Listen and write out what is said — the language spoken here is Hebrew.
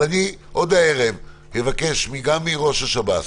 אבל עוד הערב אני אבקש מראש השב"ס